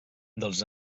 dels